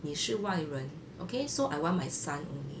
你是外人 okay so I want my son only